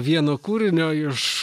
vieno kūrinio iš